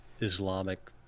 islamic